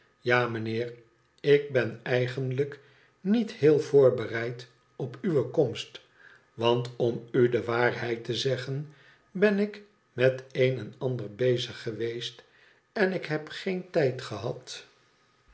ja mijnheer ik ben eigenlijk niet heel voorbereid op uwe komst want om u de waarheid te zeggen ben ik met een en ander bezig geweest en ik heb geen tijd gehad